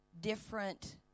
different